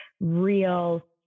real